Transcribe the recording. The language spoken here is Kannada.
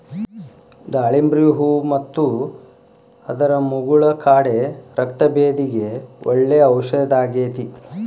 ದಾಳಿಂಬ್ರಿ ಹೂ ಮತ್ತು ಅದರ ಮುಗುಳ ಕಾಡೆ ರಕ್ತಭೇದಿಗೆ ಒಳ್ಳೆ ಔಷದಾಗೇತಿ